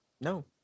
No